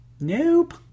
Nope